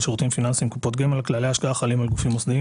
שירותים פיננסיים (קופות גמל) (כללי השקעה החלים על גופים מוסדיים),